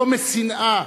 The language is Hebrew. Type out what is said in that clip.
לא משנאה